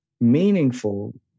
meaningful